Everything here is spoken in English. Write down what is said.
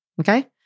Okay